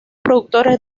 productos